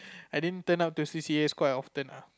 I didn't turn up to C_C_As quite often lah